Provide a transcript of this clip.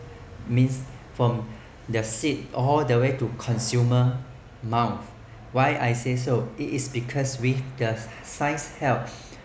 means from the seed all the way to consumer mouth why I say so it is because with just science helps